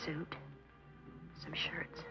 soup i'm sure it's